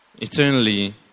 eternally